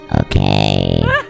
Okay